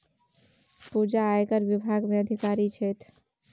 पूजा आयकर विभाग मे अधिकारी छथि